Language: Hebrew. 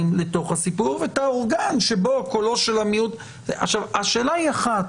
לסיפור ואת האורגן שבו קולו של המיעוט השאלה היא אחת,